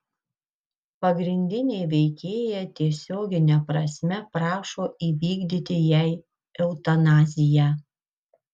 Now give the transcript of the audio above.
pagrindinė veikėja tiesiogine prasme prašo įvykdyti jai eutanaziją